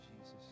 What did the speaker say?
jesus